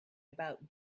about